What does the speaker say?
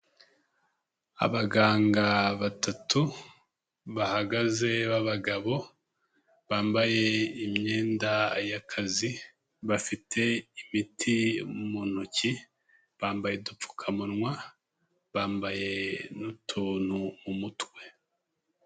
Abaganga batatu bahagaze b'abagabo, bambaye imyenda y'akazi, bafite imiti mu ntoki bambaye udupfukamunwa, bambaye n'utuntu mu mutwe.